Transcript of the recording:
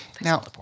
Now